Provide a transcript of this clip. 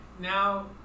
now